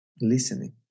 listening